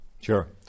Sure